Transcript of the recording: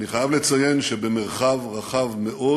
אני חייב לציין שבמרחב רחב מאוד